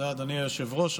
אדוני היושב-ראש.